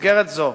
במסגרת זו,